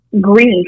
grief